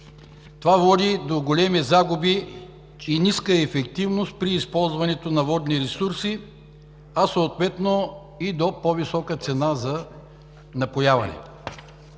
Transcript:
Това води до големи загуби и ниска ефективност при използването на водни ресурси, а съответно и до по-висока цена за напояване.